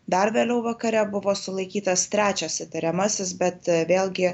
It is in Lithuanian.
dar vėliau vakare buvo sulaikytas trečias įtariamasis bet vėlgi